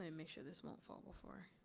um make sure this won't fall before.